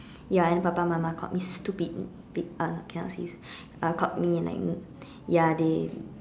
ya then papa and mama called me stupid pig uh no cannot say uh called me and like ya they